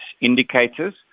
indicators